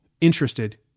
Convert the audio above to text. interested